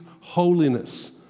holiness